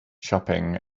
shopping